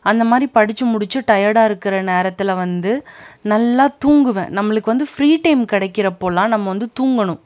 அந்தமாதிரி படிச்சு முடிச்சு டயர்டாக இருக்கிற நேரத்தில் வந்து நல்லா தூங்குவேன் நம்மளுக்கு வந்து ஃப்ரீ டைம் கிடைக்குறப்போல்லாம் நம்ம வந்து தூங்கணும்